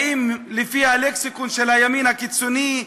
האם לפי הלקסיקון של הימין הקיצוני,